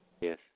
Yes